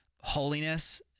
holiness